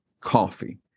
coffee